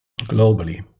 globally